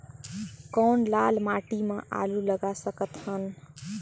कौन लाल माटी म आलू लगा सकत हन?